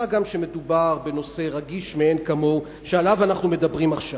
מה גם שמדובר בנושא רגיש מאין כמוהו שעליו אנחנו מדברים עכשיו.